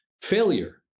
failure